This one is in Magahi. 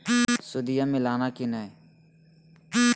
सुदिया मिलाना की नय?